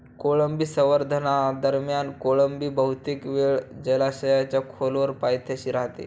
कोळंबी संवर्धनादरम्यान कोळंबी बहुतेक वेळ जलाशयाच्या खोलवर पायथ्याशी राहते